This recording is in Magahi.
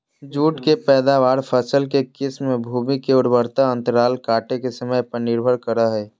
जुट के पैदावार, फसल के किस्म, भूमि के उर्वरता अंतराल काटे के समय पर निर्भर करई हई